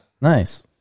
Nice